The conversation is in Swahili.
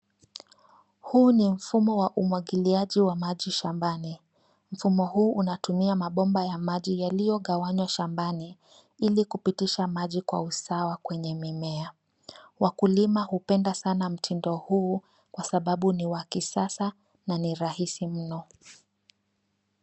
Huu ni mfumo wa umwagiliaji wa maji shambani , mfumo huu unatumia mabomba ya maji yaliyogawanywa shambani ili kupitisha maji kwa usawa kwenye mimea. Wakulima hupenda sana mtindo huu kwa sababu ni wa kisasa na ni rahisi mno.